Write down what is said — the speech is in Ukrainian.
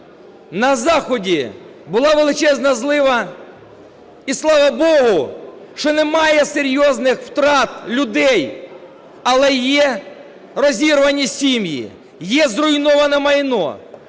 На заході була величезна злива, і слава Богу, що немає серйозних втрат людей, але є розірвані сім'ї, є зруйноване майно.